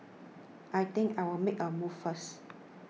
I think I'll make a move first